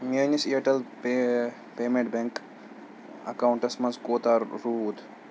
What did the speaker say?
میٛٲنِس Airtel pay pay payment bank accounts منٛز کوتاہ روٗد